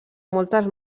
moltes